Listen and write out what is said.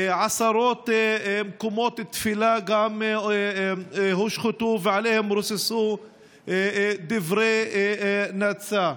וגם עשרות מקומות תפילה הושחתו ורוססו עליהם דברי נאצה.